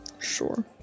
Sure